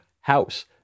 house